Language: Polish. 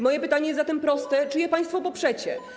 Moje pytanie jest zatem proste: Czy je państwo poprzecie?